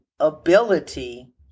ability